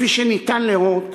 כפי שניתן לראות,